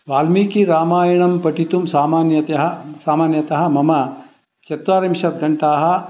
वाल्मीकीरामायणं पठितुं सामान्यतया सामान्यतः मम चत्वारिंशत् घण्टा